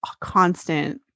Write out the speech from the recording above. constant